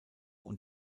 und